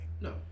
No